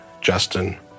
Justin